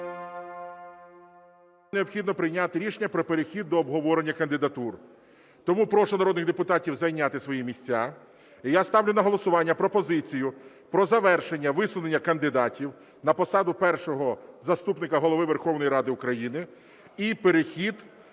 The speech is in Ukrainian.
необхідно прийняти рішення про перехід до обговорення кандидатур. Тому прошу народних депутатів зайняти свої місця. І я ставлю на голосування пропозицію про завершення висунення кандидатів на посаду Першого заступника Голови Верховної Ради України і перехід